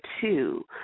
two